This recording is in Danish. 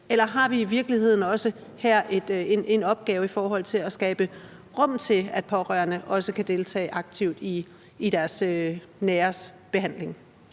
eller har vi i virkeligheden også her en opgave i forhold til at skabe rum til, at pårørende også kan deltage aktivt i deres næres behandling?